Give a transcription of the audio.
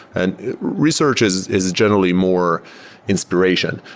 and research is is generally more inspiration.